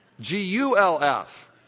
G-U-L-F